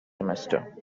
semester